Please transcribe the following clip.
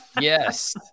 Yes